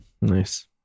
Nice